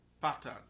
pattern